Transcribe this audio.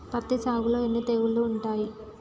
పత్తి సాగులో ఎన్ని తెగుళ్లు ఉంటాయి?